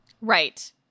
Right